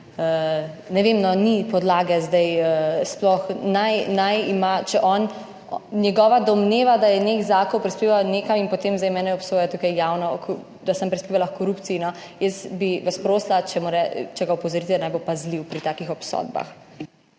ne vem no, ni podlage zdaj, sploh. Naj, naj ima, če on, njegova domneva, da je nek zakon prispeval nekam in potem zdaj mene obsoja tukaj javno, da sem prispevala h korupciji. Jaz bi vas prosila, če mu re…, če ga opozorite, da naj bo pazljiv pri takih obsodbah.